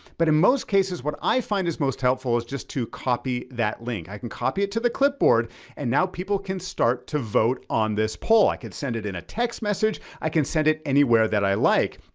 but in most cases, what i find is most helpful is just to copy that link. i can copy it to the clipboard and now people can start to vote on this poll. i could send it in a text message. i can send it anywhere that i like,